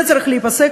זה צריך להיפסק.